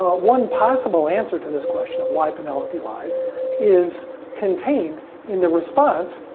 ah one possible answer to this question of why penelope lies is contained in the response,